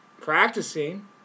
practicing